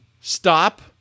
Stop